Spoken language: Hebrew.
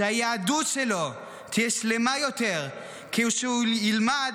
שהיהדות שלו תהיה שלמה יותר כשהוא יילמד